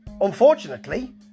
unfortunately